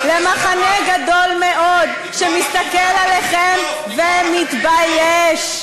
גדול מאוד שמסתכל עליכם ומתבייש,